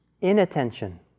Inattention